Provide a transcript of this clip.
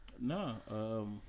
No